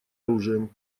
оружием